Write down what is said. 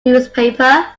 newspaper